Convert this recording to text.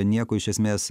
nieko iš esmės